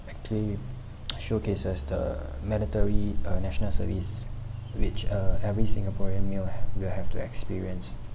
play with showcases the military uh national service which uh every singaporean male will have to experience